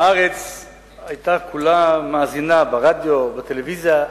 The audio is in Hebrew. הארץ כולה היתה מאזינה ברדיו ובטלוויזיה,